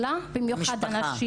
ואם אין להם עדויות ומספיק ראיות,